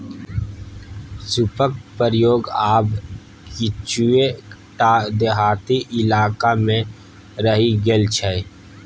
सूपक प्रयोग आब किछुए टा देहाती इलाकामे रहि गेल छै